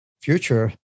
future